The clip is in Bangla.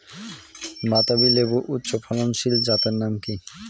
বাতাবি লেবুর উচ্চ ফলনশীল জাতের নাম কি?